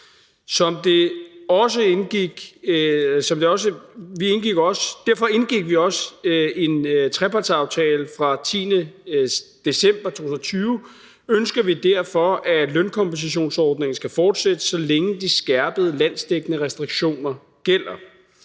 Derfor indgik vi også en trepartsaftale den 10. december 2020, og derfor ønsker vi, at lønkompensationsordningen skal fortsætte, så længe de skærpede landsdækkende restriktioner gælder.